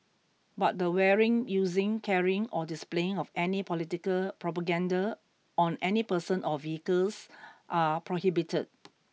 but the wearing using carrying or displaying of any political propaganda on any person or vehicles are prohibited